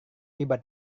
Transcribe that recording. tiba